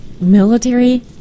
military